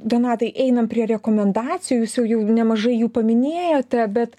donatai einam prie rekomendacijų jūs jau jų nemažai jų paminėjote bet